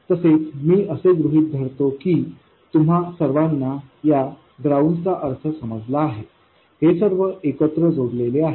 तसेच मी असे गृहीत धरतो की तुम्हा सर्वांना या ग्राउंडचा अर्थ समजला आहे हे सर्व एकत्र जोडलेले आहेत